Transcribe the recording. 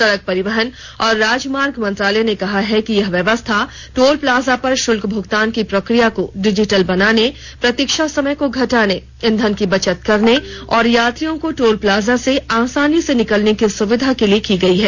सडक परिवहन और राजमार्ग मंत्रालय ने कहा है कि यह व्यवस्था टोल प्लाजा पर शुल्क भुगतान की प्रक्रिया को डिजिटल बनाने प्रतीक्षा समय को घटाने ईंधन की बचत करने और यात्रियों को टोल प्लाजा से आसानी से निकलने की सुविधा के लिए की गई है